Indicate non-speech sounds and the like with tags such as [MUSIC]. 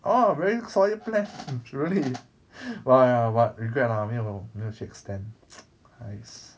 orh very solid plan really !wah! but but but but regret lah 没有没有去 extend [NOISE] !hais!